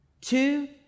Two